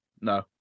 No